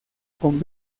con